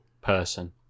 Person